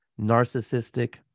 narcissistic